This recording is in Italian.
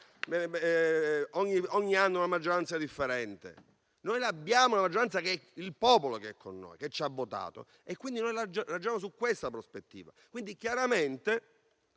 ogni anno una maggioranza differente. Abbiamo una maggioranza, perché il popolo è con noi e ci ha votato, quindi ragioniamo su questa prospettiva. Chiaramente